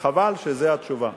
וחבל שזאת התשובה.